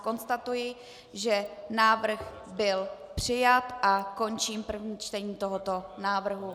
Konstatuji, že návrh byl přijat, a končím první čtení tohoto návrhu.